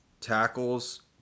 tackles